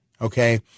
okay